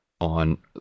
on